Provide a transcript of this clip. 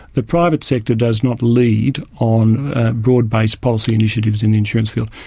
the private sector does not lead on broad-based policy initiatives in the insurance field.